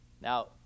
Now